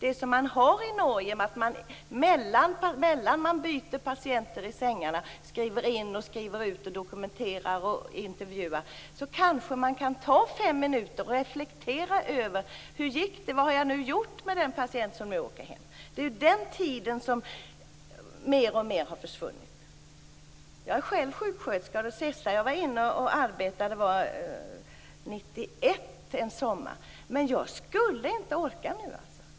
I Norge kan man i samband med att man byter patienter i sängarna, skriver in och ut, dokumenterar och intervjuar ta fem minuter för att reflektera över hur det gick och vad man har gjort med den patient som åker hem. Det blir mindre och mindre tid för sådant. Jag är själv sjuksköterska. Senast arbetade jag sommaren 1991, men nu skulle jag inte orka.